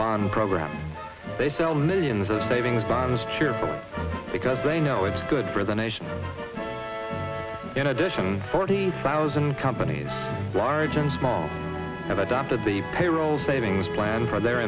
spawn program they sell millions of savings bonds sure because they know it's good for the nation in addition fourteen thousand companies large and small have adopted the payroll savings plan for their